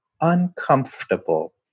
uncomfortable